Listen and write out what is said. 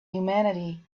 humanity